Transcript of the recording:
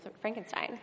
Frankenstein